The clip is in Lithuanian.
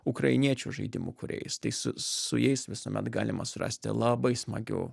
ukrainiečių žaidimų kūrėjais tai su su jais visuomet galima surasti labai smagių